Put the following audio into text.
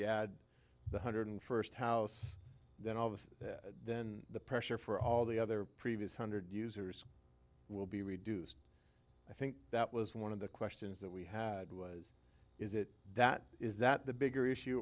you had the hundred first house then obviously then the pressure for all the other previous hundred users will be reduced i think that was one of the questions that we had was is it that is that the bigger issue